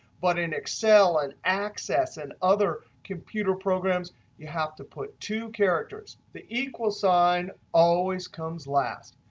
but in excel, and access, and other computer programs you have to put two characters. the equal sign always comes last.